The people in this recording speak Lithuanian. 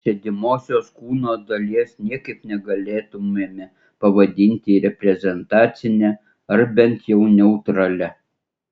sėdimosios kūno dalies niekaip negalėtumėme pavadinti reprezentacine ar bent jau neutralia